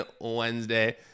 Wednesday